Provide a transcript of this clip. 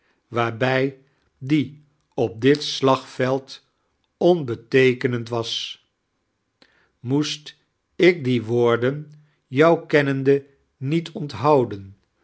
waarbij die op dit silagveld onbeteekieinend was moest ik die wooirdem jou kenmende nieit onthouden